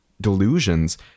delusions